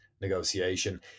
Negotiation